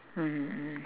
mmhmm mmhmm